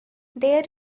there